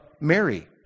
Mary